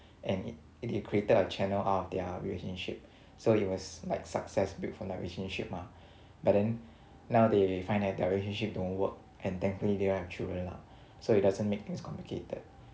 and it they created a channel out of their relationship so it was like success built from their relationship mah but then now they find that their relationship don't work and thankfully don't have children lah so it doesn't make things complicated